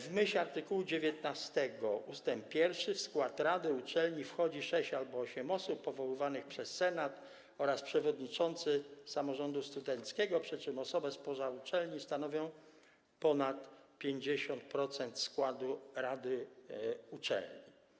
W myśl art. 19 ust. 1 w skład rady uczelni wchodzi 6 albo 8 osób powoływanych przez senat oraz przewodniczący samorządu studenckiego, przy czym osoby spoza uczelni stanowią ponad 50% składu rady uczelni.